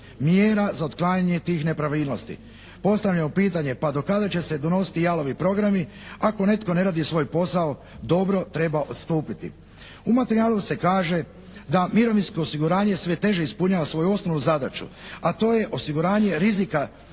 mjera za otklanjanje tih nepravilnosti. Postavljamo pitanje pa do kada će se donositi jalovi programi? Ako netko ne radi svoj posao dobro treba odstupiti. U materijalu se kaže da mirovinsko osiguranje sve teže ispunjava svoju osnovnu zadaću, a to je osiguranje rizika